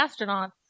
astronauts